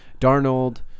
Darnold